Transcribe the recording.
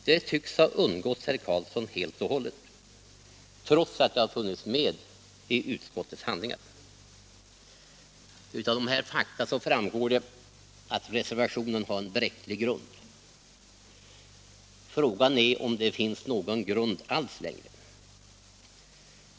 Detta tycks ha undgått herr Karlsson helt och hållet, trots att det har funnits med i utskottets handlingar. Av dessa fakta framgår att reservationen har en bräcklig grund. Frågan är om den har någon grund alls längre.